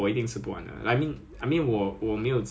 so it's it's quite 丰富 [one] lah but